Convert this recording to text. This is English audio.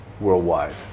worldwide